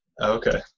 Okay